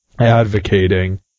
advocating